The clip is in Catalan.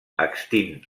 extint